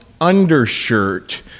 undershirt